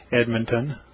Edmonton